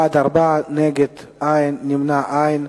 בעד, 4, נגד, אין, נמנעים,